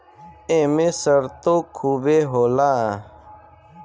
एमे सरतो खुबे होला